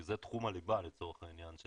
זה תחום הליבה, לצורך העניין,